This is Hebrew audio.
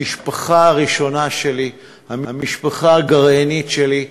המשפחה הראשונה שלי, המשפחה הגרעינית שלי,